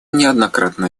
неоднократно